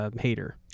Hater